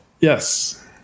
Yes